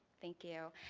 thank you.